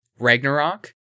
Ragnarok